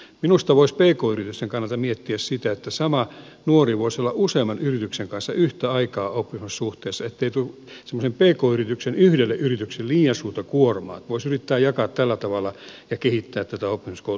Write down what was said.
minusta voisi pk yritysten kannalta miettiä sitä että sama nuori voisi olla useamman yrityksen kanssa yhtä aikaa oppisopimussuhteessa ettei tule yhdelle pk yritykselle liian suurta kuormaa että voisi yrittää jakaa tällä tavalla ja kehittää tätä oppisopimuskoulutusta tähän suuntaan